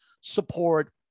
support